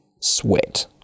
sweat